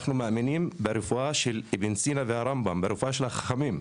אנחנו מאמינים ברפואה של אבן סינא והרמב"ם; ברפואה של החכמים,